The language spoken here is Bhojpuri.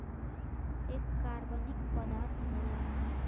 एक कार्बनिक पदार्थ होला